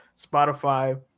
Spotify